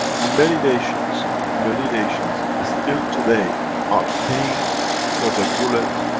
many nations, many nations, ah still today are paying for the bullet,